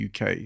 UK